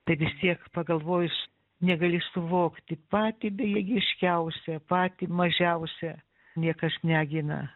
tai vis tiek pagalvojus negali suvokti patį bejėgiškiausią patį mažiausią niekas negina